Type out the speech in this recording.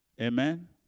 Amen